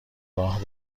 راه